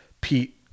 Pete